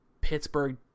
Pittsburgh